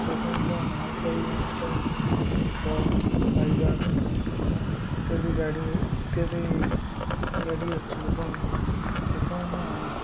ସାଧାରଣତଃ ମାଲ ପରିବହନ ପାଇଁ ଟ୍ରକ୍ ଖାଇବା ଇତ୍ୟାଦି ଗାଡ଼ି ଇତ୍ୟାଦି ଗାଡ଼ି ଅଛି ଏବଂ ଲୋକମାନେ